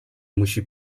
musi